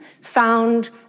found